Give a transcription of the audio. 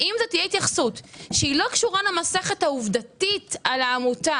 אם זאת תהיה התייחסות שלא קשורה למסכת העובדתית על העמותה